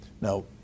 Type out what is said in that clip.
now